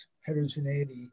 heterogeneity